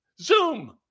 Zoom